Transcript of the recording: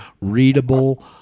readable